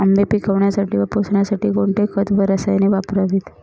आंबे पिकवण्यासाठी व पोसण्यासाठी कोणते खत व रसायने वापरावीत?